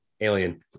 Alien